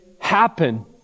happen